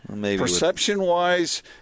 Perception-wise